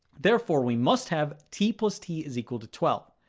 therefore we must have t plus t is equal to twelve.